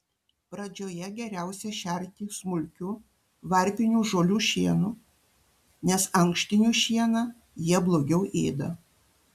pradžioje geriausia šerti smulkiu varpinių žolių šienu nes ankštinių šieną jie blogiau ėda